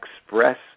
express